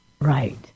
right